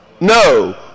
No